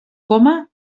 coma